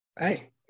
Hey